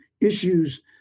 issues